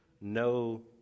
no